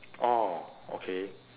oh okay